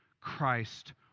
Christ